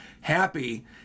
happy